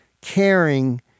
caring